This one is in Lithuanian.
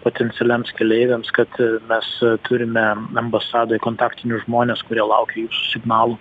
potencialiems keleiviams kad mes turime ambasadoj kontaktinius žmones kurie laukia jūsų signalų